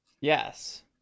Yes